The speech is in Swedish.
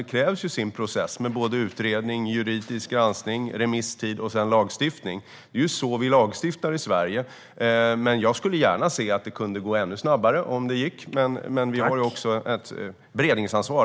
Det krävs en process med utredning, juridisk granskning, remisstid och sedan lagstiftning. Det är på det sättet vi stiftar lag i Sverige. Jag skulle gärna se att det kunde gå snabbare, om det gick, men vi har också ett beredningsansvar.